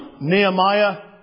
Nehemiah